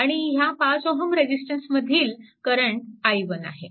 आणि ह्या 5Ω रेजिस्टंसमधील करंट i1 आहे